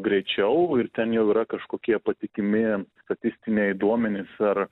greičiau ir ten jau yra kažkokie patikimi statistiniai duomenys ar